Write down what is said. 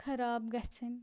خَراب گَژھٕنۍ